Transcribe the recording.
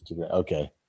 okay